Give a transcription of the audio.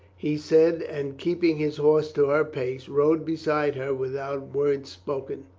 he said and keeping his horse to her pace, rode beside her without word spoken.